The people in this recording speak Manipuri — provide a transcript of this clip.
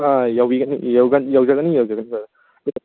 ꯑꯥ ꯌꯧꯖꯒꯅꯤ ꯌꯧꯖꯒꯅꯤ ꯕ꯭ꯔꯗꯔ